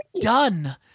done